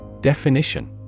Definition